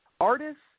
Artists